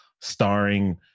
starring